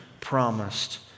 promised